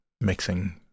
mixing